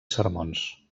sermons